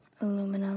Aluminum